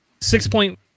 six-point